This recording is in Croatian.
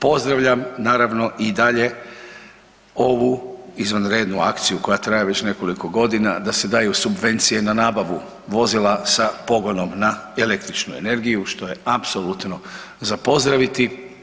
Pozdravljam naravno i dalje ovu izvanrednu akciju koja traje već nekoliko godina da se daju subvencije na nabavu vozila sa pogonom na električnu energiju što je apsolutno za pozdraviti.